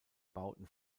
bauten